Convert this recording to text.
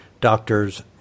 doctor's